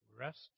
rest